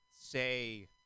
say